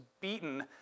beaten